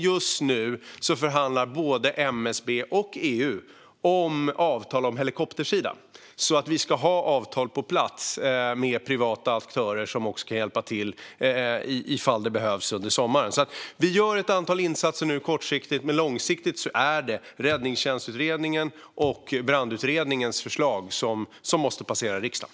Just nu förhandlar både MSB och EU om avtal på helikoptersidan så att vi ska ha avtal på plats med privata aktörer som också kan hjälpa till ifall det behövs under sommaren. Vi gör alltså ett antal insatser på kort sikt, men långsiktigt är det Räddningstjänstutredningens och Skogsbrandsutredningens förslag som måste passera riksdagen.